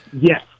Yes